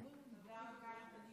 תודה רבה, אדוני